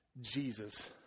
Jesus